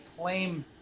claim